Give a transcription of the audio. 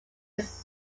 its